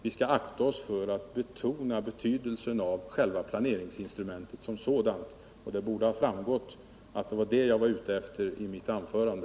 Vi skall akta oss för att betona betydelsen av själva planeringsinstrumentet som sådant. Det borde ha framgått att det var detta jag åsyftade i mitt anförande.